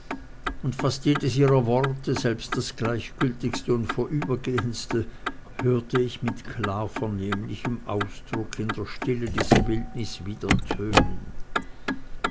und fast jedes ihrer worte selbst das gleichgültigste und vorübergehendste hörte ich mit klar vernehmlichem ausdruck in der stille dieser wildnis wieder tönen